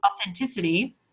authenticity